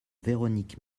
véronique